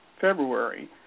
February